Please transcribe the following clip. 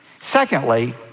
Secondly